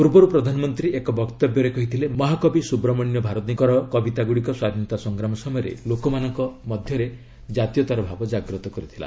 ପୂର୍ବରୁ ପ୍ରଧାନମନ୍ତ୍ରୀ ଏକ ବକ୍ତବ୍ୟରେ କହିଥିଲେ ମହାକବି ସ୍ୱବ୍ରମଣ୍ୟ ଭାରତୀଙ୍କର କବିତାଗ୍ରଡ଼ିକ ସ୍ୱାଧୀନତା ସଂଗ୍ରାମ ସମୟରେ ଲୋକମାନଙ୍କ ମଧ୍ୟରେ ଜାତୀୟତାର ଭାବ ଜାଗ୍ରତ କରିଥିଲା